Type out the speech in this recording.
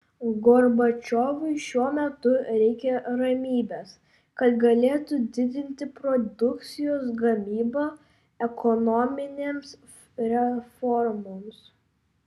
gorbačiovui šiuo metu reikia ramybės kad galėtų didinti produkcijos gamybą ekonominėms reformoms